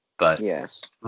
Yes